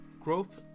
growth